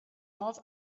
north